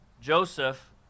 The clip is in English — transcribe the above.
Joseph